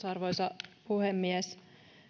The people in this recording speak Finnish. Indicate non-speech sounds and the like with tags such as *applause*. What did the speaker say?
*unintelligible* arvoisa puhemies